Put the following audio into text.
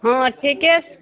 हँ ठीके